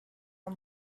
are